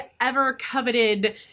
ever-coveted